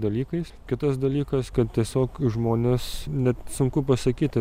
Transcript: dalykais kitas dalykas kad tiesiog žmonės net sunku pasakyti